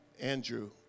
andrew